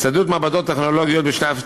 הצטיידות מעבדות טכנולוגיות בשנת תשע"ג,